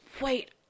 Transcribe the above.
wait